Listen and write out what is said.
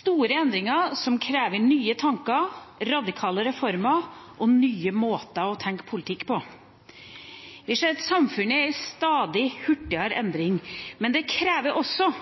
store endringer som krever nye tanker, radikale reformer og nye måter å tenke politikk på. Vi ser at samfunnet er i stadig hurtigere endring, og det krever også